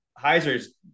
Heiser's